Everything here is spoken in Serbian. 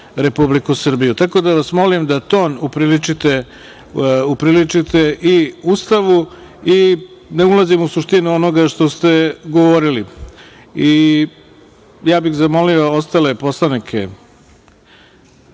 Republiku Srbiju, tako da vas molim da to upriličite Ustavu. Ne ulazim u suštinu onoga što ste govorili. Ja bih zamolio i ostale poslanike,